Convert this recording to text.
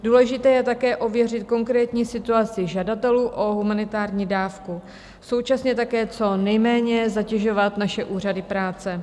Důležité je také ověřit konkrétní situaci žadatelů o humanitární dávku, současně také co nejméně zatěžovat naše úřady práce.